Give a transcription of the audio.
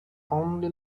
only